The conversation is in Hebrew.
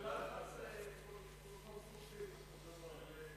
בלחץ קונסטרוקטיבי.